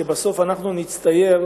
שבסוף אנחנו נצטייר